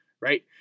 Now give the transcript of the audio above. right